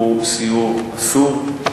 הוא סיור אסור.